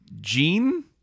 Gene